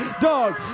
Dog